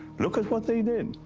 look at what they did.